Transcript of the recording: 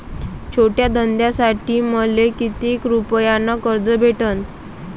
छोट्या धंद्यासाठी मले कितीक रुपयानं कर्ज भेटन?